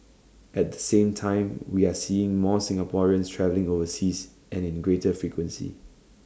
at the same time we are seeing more Singaporeans travelling overseas and in greater frequency